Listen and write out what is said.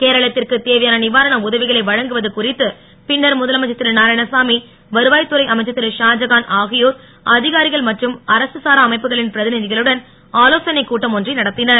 கேரளத்திற்கு தேவையான நிவாரண உதவிகளை வழங்குவது குறித்து பின்னர் முதலமைச்சர் திரு நாராயணசாமி வருவாய் துறை அமைச்சர் திரு ஷாஜகான் ஆகியோர் அதிகாரிகள் மற்றும் அரசு சாரா அமைப்புகளின் பிரதிநிதிகளுடன் ஆலோசனை கூட்டம் ஒன்றை நடத்தினர்